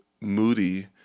Moody